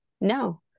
no